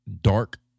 dark